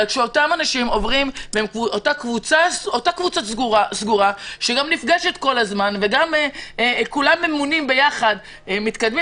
אבל כשאותה קבוצה סגורה שגם נפגשת כל הזמן וכולם ממונים יחד ומתקדמים